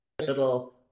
little